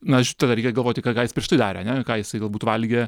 na aiš reikia galvoti ką ką jis prieš tai darė ane ką jisai galbūt valgė